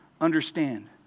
understand